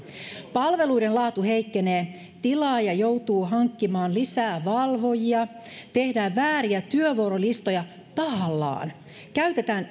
palveluiden laatu heikkenee tilaaja joutuu hankkimaan lisää valvojia tehdään vääriä työvuorolistoja tahallaan käytetään